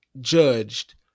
judged